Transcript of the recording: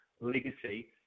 legacy